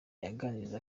aganiriza